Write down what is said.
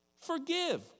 Forgive